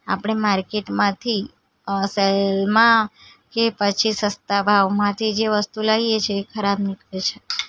આપણે માર્કેટમાંથી અ સેલમાં કે પછી સસ્તા ભાવમાંથી જે વસ્તુ લાવીએ છીએ એ ખરાબ નીકળે છે